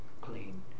clean